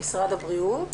ממשרד הבריאות.